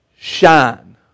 Shine